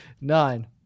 Nine